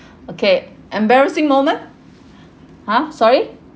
okay embarrassing moment !huh! sorry